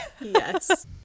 yes